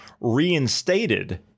reinstated